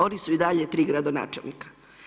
Oni su i dalje tri gradonačelnika.